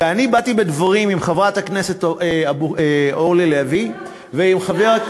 ואני באתי בדברים עם חברת הכנסת אורלי לוי ועם חבר,